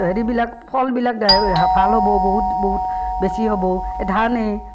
হেৰিবিলাক ফলবিলাক ভাল হ'বো বহুত বহুত বেছি হ'বো এ ধানে